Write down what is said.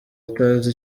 atazi